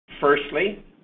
Firstly